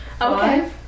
Okay